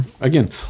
Again